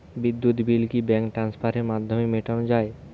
বিদ্যুৎ বিল কি ব্যাঙ্ক ট্রান্সফারের মাধ্যমে মেটানো য়ায়?